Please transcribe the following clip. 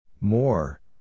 More